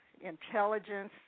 intelligence